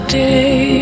day